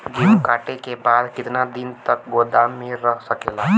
गेहूँ कांटे के बाद कितना दिन तक गोदाम में रह सकेला?